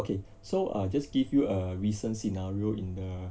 okay so uh just give you a recent scenario in the